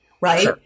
right